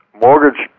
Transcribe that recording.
Mortgage